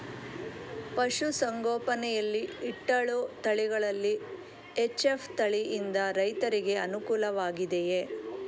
ಪಶು ಸಂಗೋಪನೆ ಯಲ್ಲಿ ಇಟ್ಟಳು ತಳಿಗಳಲ್ಲಿ ಎಚ್.ಎಫ್ ತಳಿ ಯಿಂದ ರೈತರಿಗೆ ಅನುಕೂಲ ವಾಗಿದೆಯೇ?